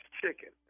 chicken